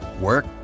work